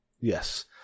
Yes